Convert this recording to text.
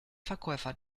verkäufer